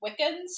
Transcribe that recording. wiccans